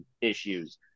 issues